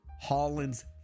Holland's